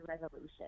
resolution